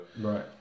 Right